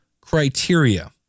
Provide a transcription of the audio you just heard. criteria